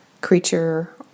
creature